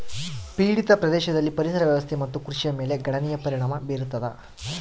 ಪೀಡಿತ ಪ್ರದೇಶದಲ್ಲಿ ಪರಿಸರ ವ್ಯವಸ್ಥೆ ಮತ್ತು ಕೃಷಿಯ ಮೇಲೆ ಗಣನೀಯ ಪರಿಣಾಮ ಬೀರತದ